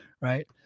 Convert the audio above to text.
right